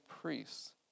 priests